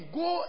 go